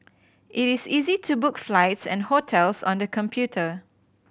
it is easy to book flights and hotels on the computer